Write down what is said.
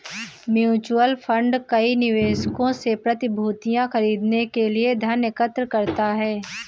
mutual fund कई निवेशकों से प्रतिभूतियां खरीदने के लिए धन एकत्र करता है